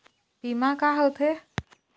बीमा का होते?